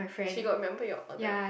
she got remember your order